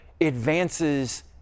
advances